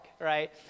right